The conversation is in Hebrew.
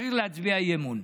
צריך להצביע אי-אמון.